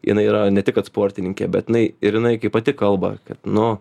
jinai yra ne tik kad sportininkė bet jinai ir jinai kaip pati kalba kad nu